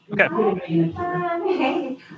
okay